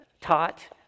taught